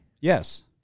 Yes